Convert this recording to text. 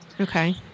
Okay